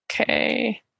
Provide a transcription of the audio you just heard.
Okay